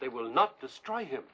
they will not destroy him